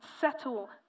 settle